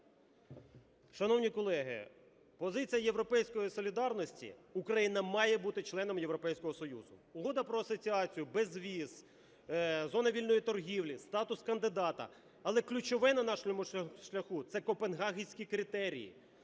Шановні колеги, позиція "Європейської солідарності" – Україна має бути членом Європейського Союзу. Угода про асоціацію, безвіз, зона вільної торгівлі, статус кандидата, але ключове на нашому шляху – це Копенгагенські критерії,